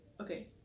Okay